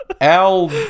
Al